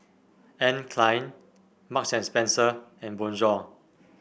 Anne Klein Marks and Spencer and Bonjour